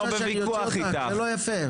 אני לא בוויכוח איתך.